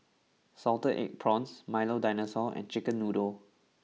Salted Egg Prawns Milo Dinosaur and Chicken Noodles